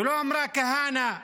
ולא אמרה: כהנא.